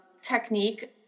technique